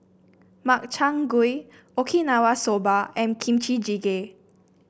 Makchang Gui Okinawa Soba and Kimchi Jjigae